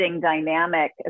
dynamic